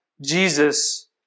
Jesus